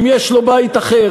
אם יש לו בית אחר,